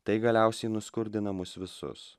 tai galiausiai nuskurdina mus visus